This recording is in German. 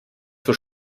wohl